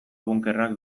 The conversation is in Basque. bunkerrak